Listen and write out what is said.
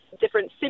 different